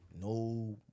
No